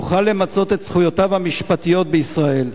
יוכל למצות את זכויותיו המשפטיות בישראל.